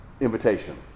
invitation